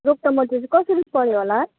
रुख टमाटर चाहिँ कसरी पऱ्यो होला